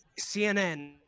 CNN